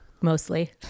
mostly